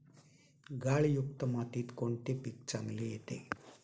गाळयुक्त मातीत कोणते पीक चांगले येते?